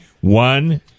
one